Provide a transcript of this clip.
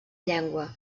llengua